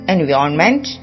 Environment